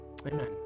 Amen